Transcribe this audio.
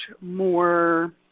more